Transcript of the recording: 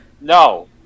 no